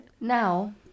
Now